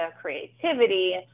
creativity